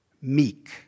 meek